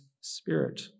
spirit